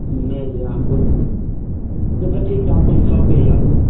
नहीं भैया हमको तो तब ठीक है आते हैं शॉप पर ही आते हैं